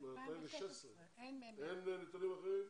אין נתונים אחרים?